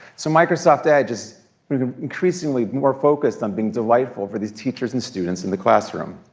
so microsoft edge is increasingly more focused on being delightful for these teachers and students in the classroom.